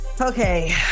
Okay